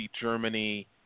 germany